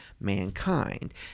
mankind